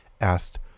Asked